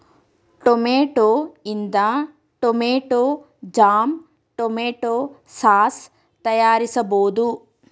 tomato ಇಂದ tomato jam, tomato sauce ತಯಾರಿಸಬೋದು